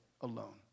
Alone